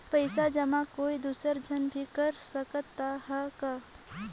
पइसा जमा कोई दुसर झन भी कर सकत त ह का?